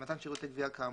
במתן שירותי גבייה כאמור,